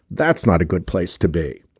that's not a good place to be.